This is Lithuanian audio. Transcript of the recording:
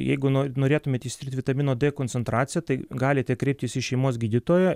jeigu norit norėtumėt išsitirti vitamino d koncentraciją tai galite kreiptis į šeimos gydytoją